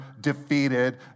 defeated